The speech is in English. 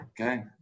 Okay